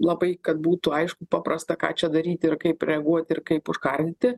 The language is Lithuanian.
labai kad būtų aišku paprasta ką čia daryti ir kaip reaguoti ir kaip užkardyti